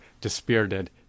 dispirited